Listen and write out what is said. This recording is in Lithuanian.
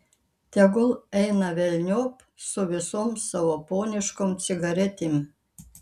tegul eina velniop su visom savo poniškom cigaretėm